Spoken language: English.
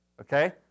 okay